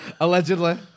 Allegedly